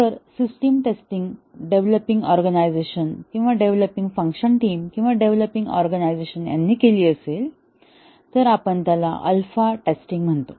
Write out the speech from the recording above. जर system testing developing organization developing function team किंवा developing organization यांनी केली असेल तर आपण त्याला अल्फा टेस्टिंग म्हणतो